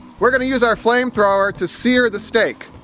we're gonna use our flamethrower to sear the steak.